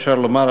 אפשר לומר,